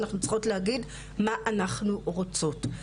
אנחנו צריכות להגיד מה אנחנו רוצות.